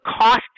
cost